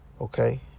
okay